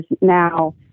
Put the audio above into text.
now